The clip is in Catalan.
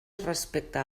respecte